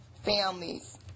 families